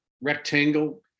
rectangle